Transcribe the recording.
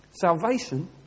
Salvation